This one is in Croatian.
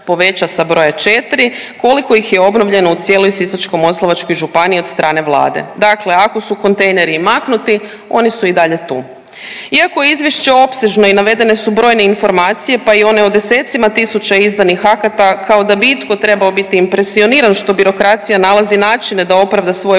sa broja 4 koliko ih je obnovljeno u cijeloj Sisačko-moslavačkoj županiji od strane Vlade. Dakle, ako su kontejneri i maknuti oni su i dalje tu. Iako je izvješće opsežno i navedene su brojne informacije pa i one o desecima tisuća izdanih akata kao da bi itko trebao biti impresioniran što birokracija nalazi načine da opravda svoje